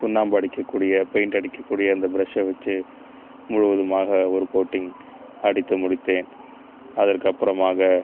சுண்ணாம்பு அடிக்கக்கூடிய பெயிண்ட் அடிக்கக்கூடிய அந்த ப்ரெஷை வச்சு முழுவதுமாக ஒரு கோட்டிங் அடித்து முடித்தேன் அதற்கப்புறமாக